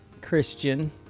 christian